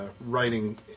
writing